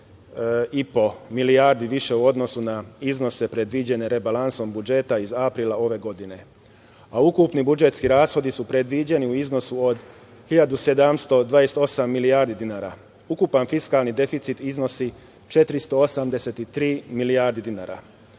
i po više u odnosu na iznose predviđene rebalansom budžeta iz aprila ove godine, a ukupni budžetski rashodi su predviđeni u iznosu od 1.728 milijardi dinara. Ukupni fiskalni deficit iznosi 483 milijardi